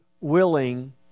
willing